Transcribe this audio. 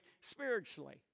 spiritually